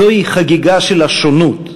זוהי חגיגה של השונות,